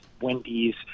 Wendy's